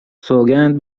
سوگند